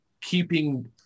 keeping